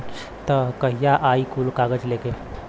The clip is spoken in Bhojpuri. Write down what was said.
तब कहिया आई कुल कागज़ लेके?